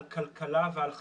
על כלכלה ועל חברה.